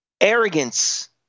arrogance